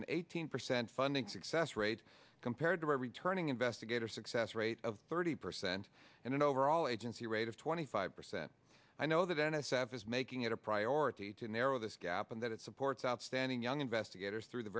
an eighteen percent funding success rate compared to returning investigator success rate of thirty percent and an overall agency rate of twenty five percent i know that n s f is making it a priority to narrow this gap and that it supports outstanding young investigators through the